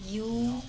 U